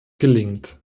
gelingt